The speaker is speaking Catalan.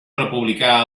republicà